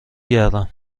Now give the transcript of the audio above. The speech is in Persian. گردم